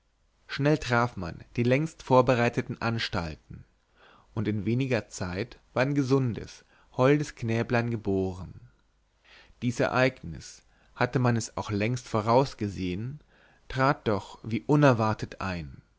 schnell traf man die längst vorbereiteten anstalten und in weniger zeit war ein gesundes holdes knäblein geboren dies ereignis hatte man es auch längst vorausgesehen trat doch wie unerwartet ein